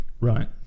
right